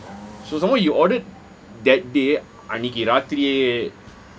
so somewhere he ordered that day அந்நெகி ராத்திரி:anneki raathiri